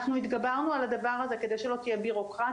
אנחנו התגברנו על הדבר הזה כדי שלא תהיה בירוקרטיה